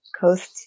coast